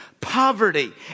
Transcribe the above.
poverty